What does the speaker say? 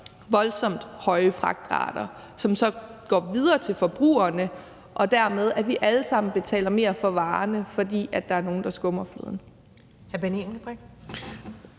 voldsomt høje fragtrater, som så går videre til forbrugerne, og at vi dermed alle sammen betaler mere for varerne, fordi der er nogle, der skummer fløden.